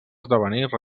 esdevenir